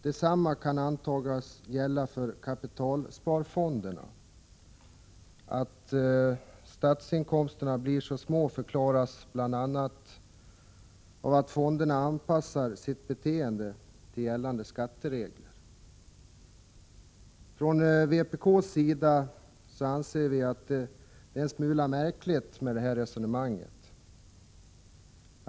Detsamma kan antagas komma att gälla för kapitalsparfonderna. Att statsinkomsterna blir så små förklaras bl.a. av att fonderna anpassar sitt beteende till gällande skatteregler. Från vpk:s sida anser vi att detta resonemang är en smula märkligt.